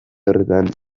horretan